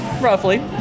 Roughly